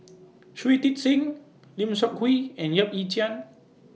Shui Tit Sing Lim Seok Hui and Yap Ee Chian